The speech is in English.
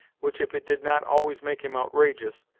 which if it did not always make him outrageous,